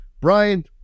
Brian